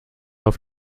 auf